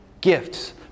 gifts